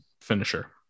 finisher